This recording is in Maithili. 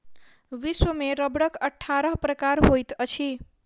विश्व में रबड़क अट्ठारह प्रकार होइत अछि